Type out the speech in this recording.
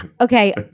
Okay